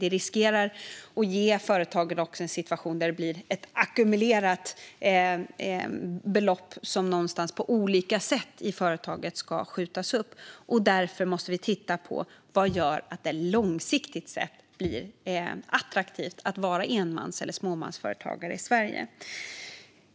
Det riskerar att skapa en situation för företagen där det blir ett ackumulerat belopp i företaget som ska skjutas upp. Därför måste vi titta på vad som gör att det långsiktigt sett blir attraktivt att vara enmans eller fåmansföretagare i Sverige.